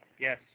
Yes